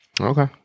Okay